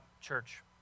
church